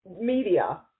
media